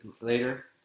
later